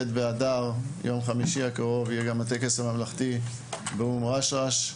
ב-ט' באדר ייערך גם הטקס הממלכתי באום רשרש.